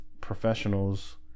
professionals